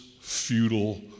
futile